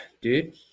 dude